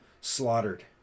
slaughtered